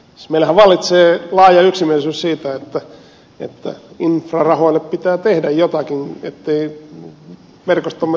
siis meillähän vallitsee laaja yksimielisyys siitä että infrarahoille pitää tehdä jotakin ettei verkostomme tuhoudu kokonaan